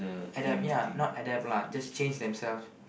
adapt ya not adapt lah just change themselves